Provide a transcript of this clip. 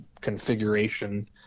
configuration